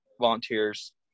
volunteers